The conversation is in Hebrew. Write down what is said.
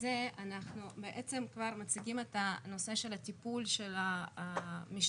בעצם כבר מציגים את הנושא של טיפול המשטרה,